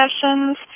sessions